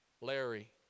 Larry